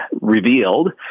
revealed